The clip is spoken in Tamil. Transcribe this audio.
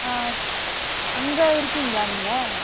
ஆ அங்கே இருக்கீங்களா நீங்கள்